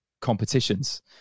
competitions